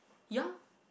ya